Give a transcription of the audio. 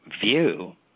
view